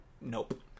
nope